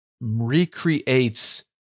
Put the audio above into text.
recreates